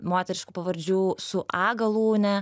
moteriškų pavardžių su a galūne